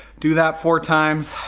do that four times.